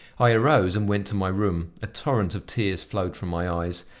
i arose, and went to my room a torrent of tears flowed from my eyes.